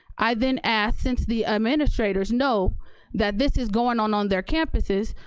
i then ask, since the administrators know that this is going on on their campuses,